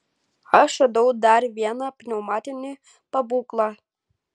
aš radau dar vieną pneumatinį pabūklą